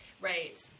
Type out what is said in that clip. right